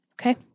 Okay